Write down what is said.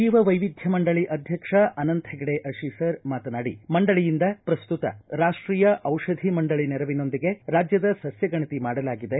ಜೀವ ವೈವಿಧ್ಯ ಮಂಡಳಿ ಅಧ್ಯಕ್ಷ ಅನಂತ ಹೆಗಡೆ ಅಶೀಸರ ಮಾತನಾಡಿ ಮಂಡಳಿಯಿಂದ ಪ್ರಸ್ತುತ ರಾಷ್ಟೀಯ ದಿಷಧಿ ಮಂಡಳಿ ನೆರವಿನೊಂದಿಗೆ ರಾಜ್ಯದ ಸಸ್ಯ ಗಣತಿ ಮಾಡಲಾಗಿದೆ